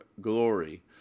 glory